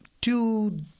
two